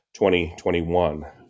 2021